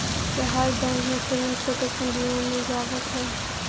क्या हर बैंक में पेमेंट प्रोटेक्शन बीमा मिल जावत हई